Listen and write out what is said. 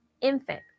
infant